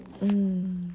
mm